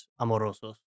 Amorosos